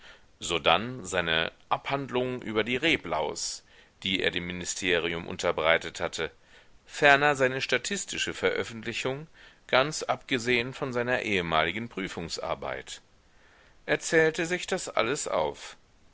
sodann seine abhandlung über die reblaus die er dem ministerium unterbreitet hatte ferner seine statistische veröffentlichung ganz abgesehen von seiner ehemaligen prüfungsarbeit er zählte sich das alles auf